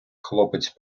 хлопець